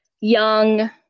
young